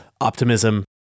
optimism